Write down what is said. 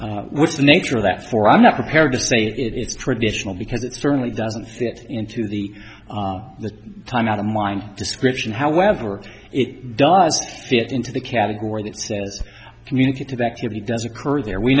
as what was the nature of that for i'm not prepared to say it is traditional because it certainly doesn't fit into the the time out of mind description however it does fit into the category that says community to the activity does occur there we